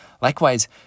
Likewise